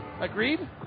Agreed